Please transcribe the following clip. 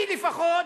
אני לפחות